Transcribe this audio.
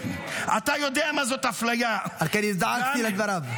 אתה יודע מה זאת אפליה ------ אני הזדעקתי לדבריו.